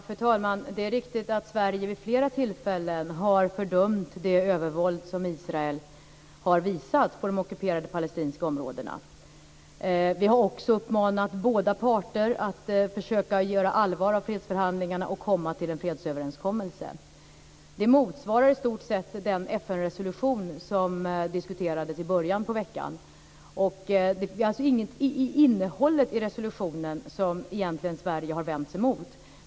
Fru talman! Det är riktigt att Sverige vid flera tillfällen har fördömt det övervåld som Israel har visat på de ockuperade palestinska områdena. Vi har också uppmanat båda parter att försöka göra allvar av fredsförhandlingarna och komma till en fredsöverenskommelse. Det motsvarar i stort sett den FN resolution som diskuterades i början på veckan. Det är alltså egentligen inte innehållet i resolutionen som Sverige har vänt sig emot.